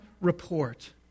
report